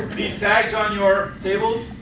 these tags on your tables,